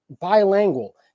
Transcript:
bilingual